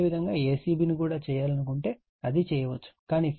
అదేవిధంగా a c b ను కూడా చేయాలనుకుంటే అది చేయవచ్చు